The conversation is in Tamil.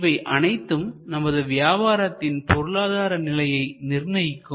இவை அனைத்தும் நமது வியாபாரத்தின் பொருளாதார நிலையை நிர்ணயிக்கும்